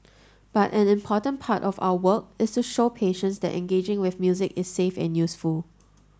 but an important part of our work is to show patients that engaging with music is safe and useful